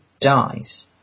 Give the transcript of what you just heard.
dies